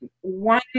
one